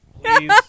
Please